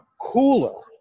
cooler